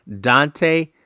Dante